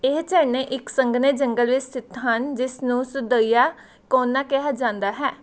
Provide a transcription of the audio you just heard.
ਇਹ ਝਰਨੇ ਇੱਕ ਸੰਘਣੇ ਜੰਗਲ ਵਿੱਚ ਸਥਿਤ ਹਨ ਜਿਸ ਨੂੰ ਸੁਦਈਆ ਕੋਨਾ ਕਿਹਾ ਜਾਂਦਾ ਹੈ